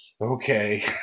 Okay